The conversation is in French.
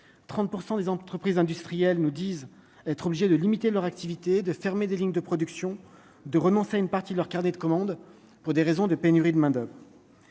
30 % des entreprises industrielles nous disent être obligé de limiter leur activité, de fermer des lignes de production de renoncer à une partie de leurs carnets de commandes pour des raisons de pénurie de main-d'oeuvre,